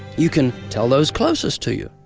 you can tell those closest to you,